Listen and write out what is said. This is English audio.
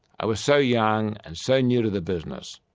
i was so young and so new to the business,